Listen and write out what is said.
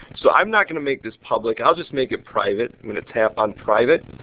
so i'm not going to make this public, i will just make it private i'm going to tap on private.